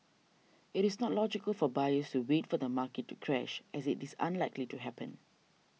it is not logical for buyers to wait for the market to crash as it is unlikely to happen